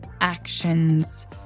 actions